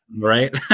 right